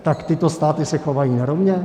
Tak tyto státy se chovají nerovně?